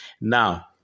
Now